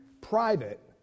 private